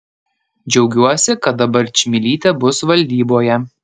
džiaugiuosi kad dabar čmilytė bus valdyboje